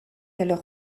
alors